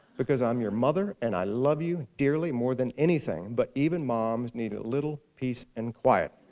because i'm your mother, and i love you dearly, more than anything, but even moms need a little peace and quiet.